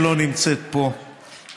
שלא נמצאת פה,